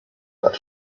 but